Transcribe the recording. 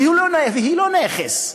ולא נכס.